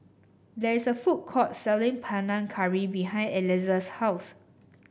there is a food court selling Panang Curry behind Elissa's house